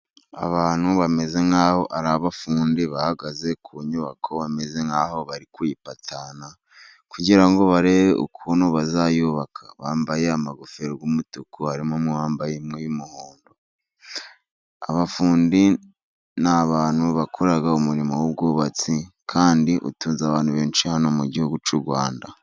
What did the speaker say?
Abantu bameze nk'aho ari abafundi bahagaze ku nyubako, bameze nk'aho bari kuyipatana kugira ngo barebe ukuntu bazayubaka, bambaye amagofero y'umutuku, harimo umwe wambaye iy'umuhondo, abafundi n'abantu bakora umurimo w'ubwubatsi kandi utunze abantu benshi, hano mu gihugu cy'u Rwanda.